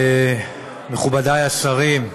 מכובדי השרים,